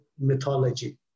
mythology